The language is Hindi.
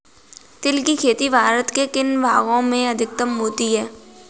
तिल की खेती भारत के किन भागों में अधिकतम होती है?